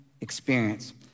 experience